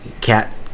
Cat